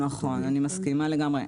נכון, אני מסכימה לגמרי.